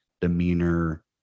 demeanor